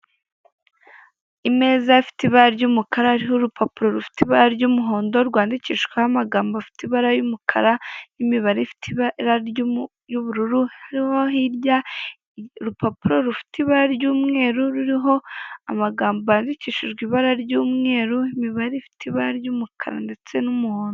Imeza ifite ibara ry'umukara ririho urupapuro rufite ibara ry'umuhondo rwandikishijweho amagambo afite ibara y'umukara n'imibare ifite ibara y'ubururu, iriho hirya urupapuro rufite irara ry'umweru ruriho amagambo yandikishijwe irara ry'umweru, imibare ifite ibara ry'umukara ndetse n'umuhondo.